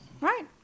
Right